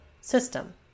system